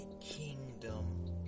kingdom